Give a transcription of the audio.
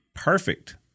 Perfect